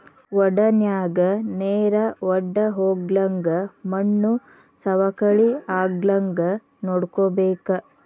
ವಡನ್ಯಾಗ ನೇರ ವಡ್ದಹೊಗ್ಲಂಗ ಮಣ್ಣು ಸವಕಳಿ ಆಗ್ಲಂಗ ನೋಡ್ಕೋಬೇಕ